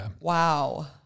wow